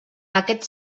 aquest